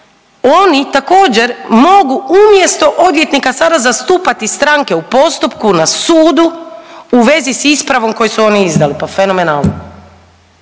oni također mogu umjesto odvjetnika sada zastupati stranke u postupku na sudu u vezi s ispravom koju su oni izdali. Pa fenomenalno,